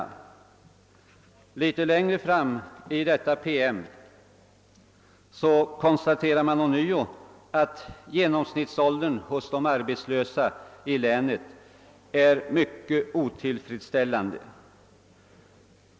Litet längre fram i denna PM konstateras ånyo att genomsnittsåldern hos de arbetslösa i länet är mycket otillfredsställande.